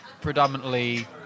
predominantly